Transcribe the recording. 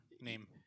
name